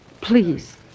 Please